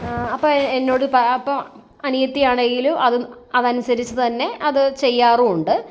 എന്നോടിപ്പം അപ്പോൾ അനിയത്തിയാണെങ്കിലും അത് അതനുസരിച്ച് തന്നെ അത് ചെയ്യാറുമുണ്ട്